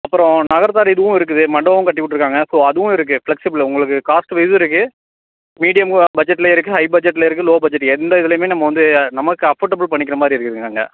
அப்புறம் நகரத்தார் இதுவும் இருக்குது மண்டபமும் கட்டி விட்ருக்காங்க ஸோ அதுவும் இருக்குது ஃப்ளக்சிபிள் உங்களுக்கு காஸ்ட்வைஸும் இருக்குது மீடியமு பட்ஜட்லேயும் இருக்குது ஹை பட்ஜட்டில் இருக்குது லோ பட்ஜட் எந்த இதுலேயுமே நம்ம வந்து நமக்கு அஃபோர்டபுள் பண்ணிக்கிற மாதிரி இருக்குதுங்க அங்கே